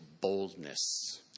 boldness